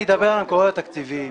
אדבר על המקורות התקציביים.